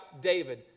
David